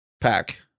pack